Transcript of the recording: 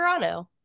Toronto